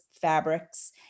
fabrics